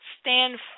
stand